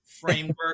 framework